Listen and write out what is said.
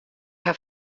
haw